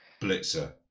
Blitzer